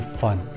fun